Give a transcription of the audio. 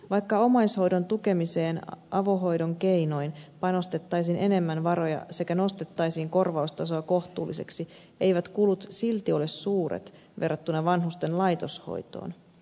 vaikka omaishoidon tukemiseen avohoidon keinoin panostettaisiin enemmän varoja sekä nostettaisiin korvaustasoa kohtuulliseksi eivät kulut silti ole suuret verrattuna vanhusten laitoshoitoon